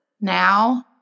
Now